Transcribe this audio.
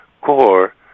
core